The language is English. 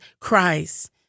Christ